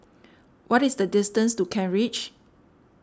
what is the distance to Kent Ridge